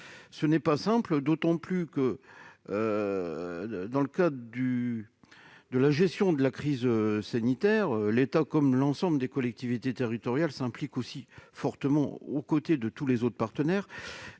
ce n'est pas simple, d'autant plus que, dans le cadre de la gestion de la crise sanitaire, l'État, comme l'ensemble des collectivités territoriales, s'implique fortement aux côtés de tous les partenaires.